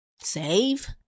save